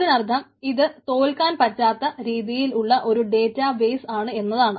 അതിനർത്ഥം ഇത് തോൽക്കാൻ പറ്റാത്ത രീതിയിൽ ഉള്ള ഒരു ഡേറ്റാ ബെയ്സ് ആണ് എന്നാണ്